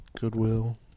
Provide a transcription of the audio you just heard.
Goodwill